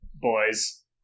boys